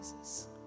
Jesus